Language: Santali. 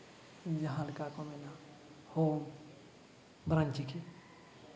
ᱡᱟᱦᱟᱸ ᱫᱚᱠᱚ ᱢᱮᱱᱟ ᱦᱳ ᱵᱟᱨᱟᱝ ᱪᱤᱠᱤ